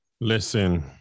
Listen